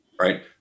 right